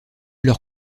leur